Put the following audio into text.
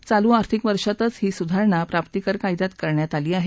चालू आर्थिक वर्षातच ही सुधारणा प्राप्तीकर कायद्यात करण्यात आली आहे